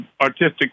artistic